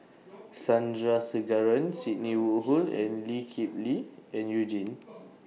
Sandrasegaran Sidney Woodhull Lee Kip Lee and YOU Jin